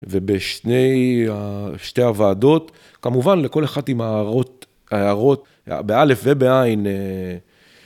ובשני, שתי הוועדות, כמובן לכל אחת עם הערות, בא' ובע'.